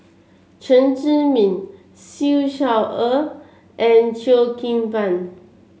Chen Zhiming Siew Shaw Her and Cheo Kim Ban